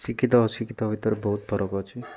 ଶିକ୍ଷିତ ଅଶିକ୍ଷିତ ଭିତରୁ ବହୁତ ଫରକ ଅଛି